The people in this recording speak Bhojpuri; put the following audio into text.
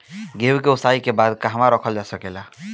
गेहूँ के ओसाई के बाद कहवा रखल जा सकत बा?